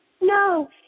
No